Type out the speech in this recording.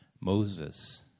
Moses